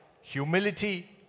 Humility